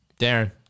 Darren